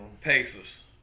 Pacers